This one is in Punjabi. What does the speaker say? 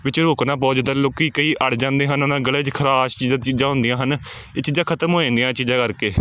ਵਿੱਚ ਰੁਕਣਾ ਬਹੁ ਜਿੱਦਾਂ ਲੋਕ ਕਈ ਅੜ ਜਾਂਦੇ ਹਨ ਉਹਨਾਂ ਗਲੇ 'ਚ ਖਰਾਸ਼ ਜਿਹੀ ਚੀਜ਼ਾਂ ਹੁੰਦੀਆਂ ਹਨ ਇਹ ਚੀਜ਼ਾਂ ਖਤਮ ਹੋ ਜਾਂਦੀਆਂ ਇਹ ਚੀਜ਼ਾਂ ਕਰਕੇ